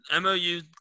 MOU